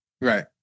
Right